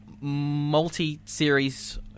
multi-series